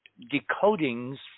decodings